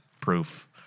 proof